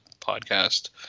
podcast